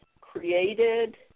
created